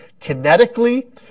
kinetically